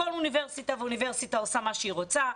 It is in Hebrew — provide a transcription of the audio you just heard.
כל אוניברסיטה עושה מה שהיא רוצה,